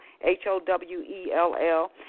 H-O-W-E-L-L